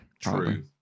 True